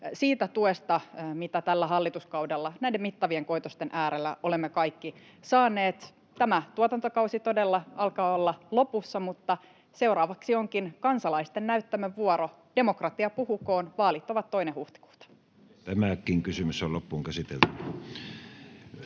siitä tuesta, mitä tällä hallituskaudella näiden mittavien koitosten äärellä olemme kaikki saaneet. Tämä tuotantokausi todella alkaa olla lopussa, mutta seuraavaksi onkin kansalaisten näyttämön vuoro: Demokratia puhukoon. Vaalit ovat 2. huhtikuuta. Toiseen käsittelyyn ja ainoaan käsittelyyn